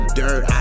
dirt